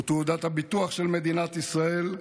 הוא תעודת הביטוח של מדינת ישראל,